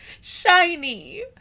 shiny